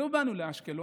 לא באנו לאשקלון,